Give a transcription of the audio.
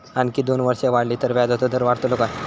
आणखी दोन वर्षा वाढली तर व्याजाचो दर वाढतलो काय?